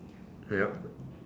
yup